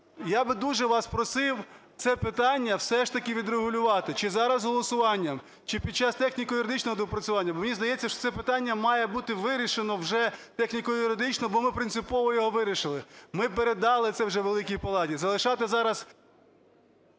Я би дуже вас просив це питання все ж таки відрегулювати чи зараз голосуванням, чи під час техніко-юридичного доопрацювання, бо мені здається, що це питання має бути вирішено вже техніко-юридично, бо ми принципово його вирішили. Ми передали це вже Великій Палаті, залишати зараз...